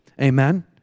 Amen